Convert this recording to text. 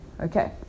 Okay